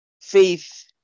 faith